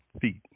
feet